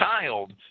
child